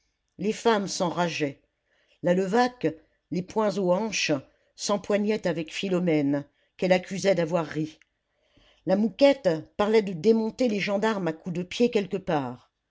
les femmes s'enrageaient la levaque les poings aux hanches s'empoignait avec philomène qu'elle accusait d'avoir ri la mouquette parlait de démonter les gendarmes à coups de pied quelque part